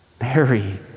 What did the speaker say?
Mary